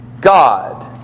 God